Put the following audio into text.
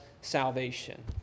salvation